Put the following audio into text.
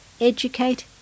Educate